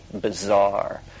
bizarre